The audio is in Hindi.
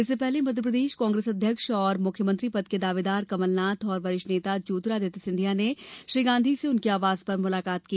इससे पहले मध्यप्रदेश कांग्रेस अध्यक्ष तथा मुख्यमंत्री पद के दावेदार कमलनाथ और वरिष्ठ नेता ज्योतिरादित्य सिंधिया ने श्री गांधी से उनके आवास पर मुलाकात की